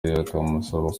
akamusaba